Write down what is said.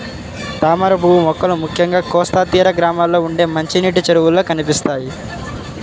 తామరపువ్వు మొక్కలు ముఖ్యంగా కోస్తా తీర గ్రామాల్లో ఉండే మంచినీటి చెరువుల్లో కనిపిస్తాయి